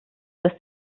dass